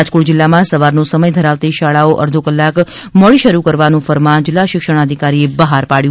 રાજકોટ જિલ્લામાં સવારનો સમય ધરાવતી શાળાઓ અરધો કલાક મોડી શરૂ કરવાનું ફરમાન જિલ્લા શિક્ષણાધિકારી એ બહાર પાડ્યું છે